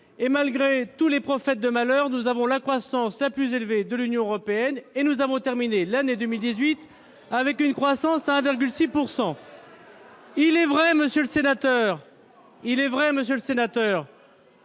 %. Malgré tous les prophètes de malheur, nous avons la croissance la plus élevée de l'Union européenne et nous avons terminé l'année 2018 avec une croissance de 1,6 %. Bref, tout va très bien, madame la marquise ... Il est vrai, monsieur le sénateur,